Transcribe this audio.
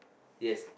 yes